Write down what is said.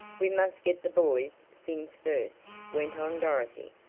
we must get the boys' things first, went on dorothy.